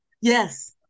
Yes